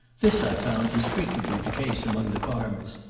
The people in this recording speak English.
this, i found, was frequently the case among the farmers.